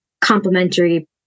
complementary